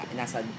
nasa